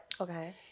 okay